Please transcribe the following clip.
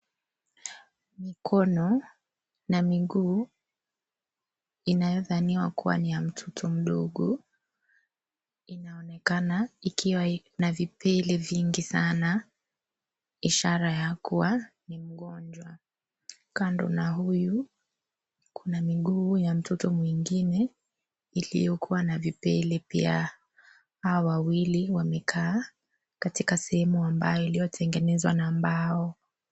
Mkono na miguu inayodhaniwa kuwa ni ya mtoto mdogo inaonekana ikiwa ina vipele vingi sana ishara ya kuwa ni mgonjwa, kando na huyu kuna miguu ya mtoto mwingine iliyokuwa na vipele pia hawa wawili wamekaa katika sehemu ambayo iliyotengenezwa na mbao.